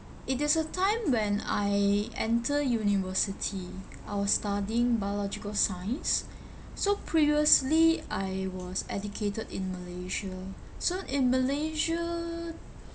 it is a time when I enter university I was studying biological science so previously I was educated in malaysia so in malaysia